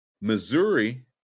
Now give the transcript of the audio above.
Missouri